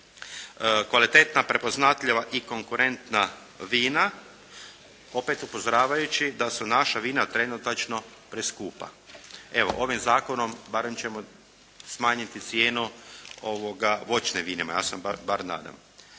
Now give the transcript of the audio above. kvalitetna, prepoznatljiva i konkurentna vina opet upozoravajući da su naša vina trenutačno preskupa. Evo, ovim zakonom barem ćemo smanjiti cijenu voćnim vinima, ja se bar nadam.